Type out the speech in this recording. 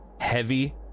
heavy